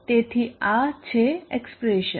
તેથી આ છે એક્ક્ષપ્રેશન